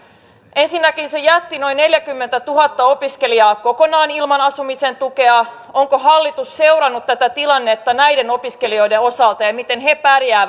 ensinnäkin se jätti noin neljäkymmentätuhatta opiskelijaa kokonaan ilman asumisen tukea onko hallitus seurannut tätä tilannetta näiden opiskelijoiden osalta ja miten he